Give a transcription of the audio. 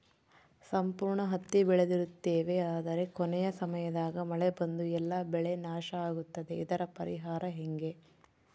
ಸಂಪೂರ್ಣ ಹತ್ತಿ ಬೆಳೆದಿರುತ್ತೇವೆ ಆದರೆ ಕೊನೆಯ ಸಮಯದಾಗ ಮಳೆ ಬಂದು ಎಲ್ಲಾ ಬೆಳೆ ನಾಶ ಆಗುತ್ತದೆ ಇದರ ಪರಿಹಾರ ಹೆಂಗೆ?